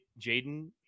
Jaden –